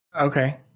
Okay